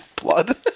Blood